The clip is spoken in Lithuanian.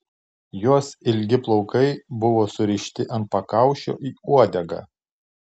jos ilgi plaukai buvo surišti ant pakaušio į uodegą